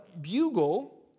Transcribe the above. bugle